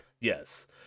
Yes